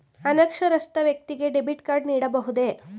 ಅನಕ್ಷರಸ್ಥ ವ್ಯಕ್ತಿಗೆ debit card ನೀಡಬಹುದೇ?